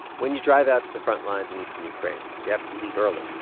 when you drive out to the front lines in eastern ukraine, you have to leave early.